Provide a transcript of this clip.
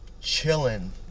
chilling